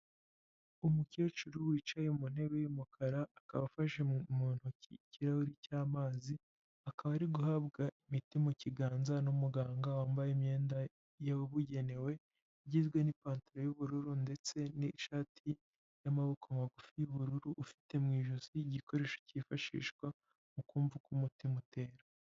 Umukecuru wicaye mu ntebe y'umukara akaba afashe mu ntoki ikirahuri cy'amazi, akaba ari guhabwa imiti mu kiganza n'umuganga wambaye imyenda yabugenewe, igizwe n'ipantaro y'ubururu ndetse n'ishati y'amaboko magufi y'ubururu ufite mu ijosi igikoresho cyifashishwa mu kumva uko umutima utera.